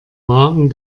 wagen